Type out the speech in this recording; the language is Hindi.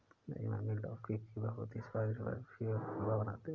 मेरी मम्मी लौकी की बहुत ही स्वादिष्ट बर्फी और हलवा बनाती है